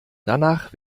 danach